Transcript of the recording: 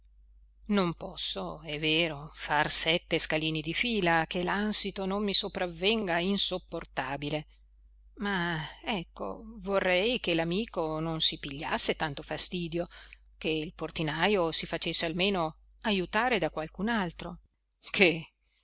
non posso è vero far sette scalini di fila che l'ansito non mi sopravvenga insopportabile ma ecco vorrei che l'amico non si pigliasse tanto fastidio che il portinajo si facesse almeno ajutare da qualcun altro che